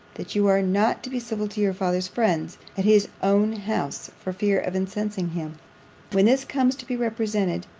that you are not to be civil to your father's friends, at his own house, for fear of incensing him when this comes to be represented,